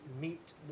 meet